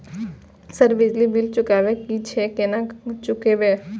Sir बिजली bill चुकाबे की छे केना चुकेबे?